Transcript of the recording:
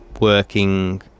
working